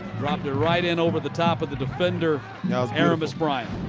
dropped it right in over the top of the defender aramis brian.